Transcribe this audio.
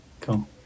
Cool